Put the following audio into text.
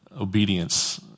obedience